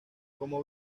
como